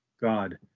god